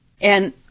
And-